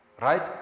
right